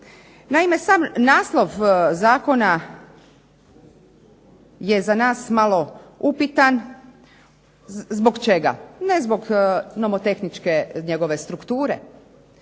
Naime, sam naslov Zakona je za nas malo upitan, zbog čega? Ne zbog nomotehničke njegove strukture,